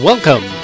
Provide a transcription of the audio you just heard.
Welcome